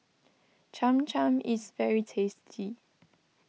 Cham Cham is very tasty